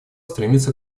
стремится